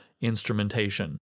instrumentation